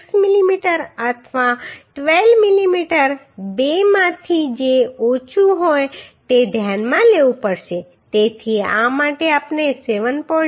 6 મીમી અથવા 12 મીમી બેમાંથી જે ઓછું હોય તે ધ્યાનમાં લેવું પડશે તેથી આ માટે આપણે 7